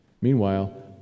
Meanwhile